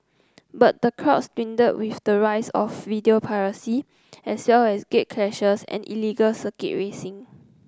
but the crowds dwindled with the rise of video piracy as well as gatecrashers and illegal circuit racing